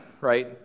right